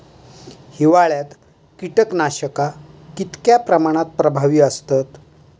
हिवाळ्यात कीटकनाशका कीतक्या प्रमाणात प्रभावी असतत?